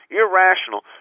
irrational